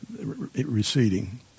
receding